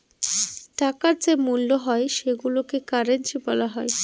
টাকার যে মূল্য হয় সেইগুলোকে কারেন্সি বলা হয়